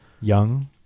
Young